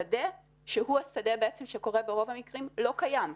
השדה שהוא השדה שקורה ברוב המקרים לא קיים.